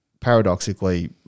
paradoxically –